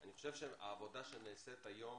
אני חושב שהעבודה שנעשית היום